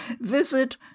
visit